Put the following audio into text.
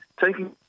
taking